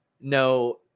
No